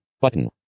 Button